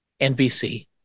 NBC